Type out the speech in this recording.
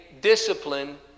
discipline